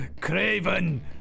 Craven